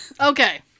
Okay